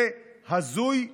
זה הזוי ומעלה.